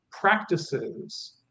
practices